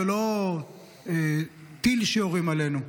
זה לא טיל שיורים עלינו,